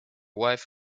wife